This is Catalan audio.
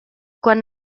quan